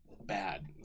bad